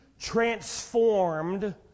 transformed